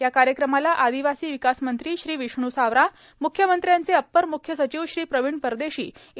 या कार्यक्रमाला आदिवासी विकास मंत्री श्री विष्णू सावरा मुख्यमंत्र्यांचे अपर मुख्य सचिव श्री प्रवीण परदेशी इ